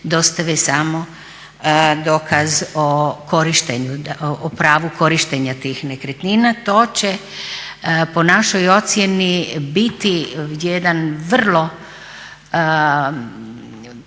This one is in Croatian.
dostave samo dokaz o korištenju, o pravu korištenja tih nekretnina. To će po našoj ocjeni biti jedan vrlo